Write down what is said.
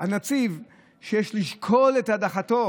הנציב שיש לשקול את הדחתו